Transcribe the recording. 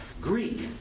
Greek